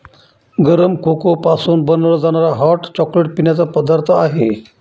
गरम कोको पासून बनवला जाणारा हॉट चॉकलेट पिण्याचा पदार्थ आहे